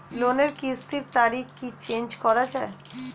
লোনের কিস্তির তারিখ কি চেঞ্জ করা যায়?